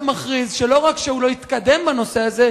מכריז שלא רק שהוא לא יתקדם בנושא הזה,